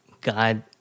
God